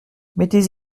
mettez